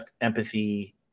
empathy